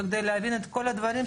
כדי להבין את כל הדברים,